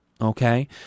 Okay